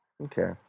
Okay